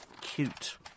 Cute